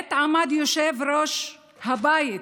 עת עמד יושב-ראש הבית,